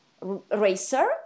racer